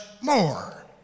more